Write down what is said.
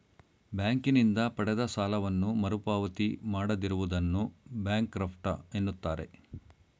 ಬ್ಯಾಂಕಿನಿಂದ ಪಡೆದ ಸಾಲವನ್ನು ಮರುಪಾವತಿ ಮಾಡದಿರುವುದನ್ನು ಬ್ಯಾಂಕ್ರಫ್ಟ ಎನ್ನುತ್ತಾರೆ